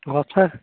ଗଛ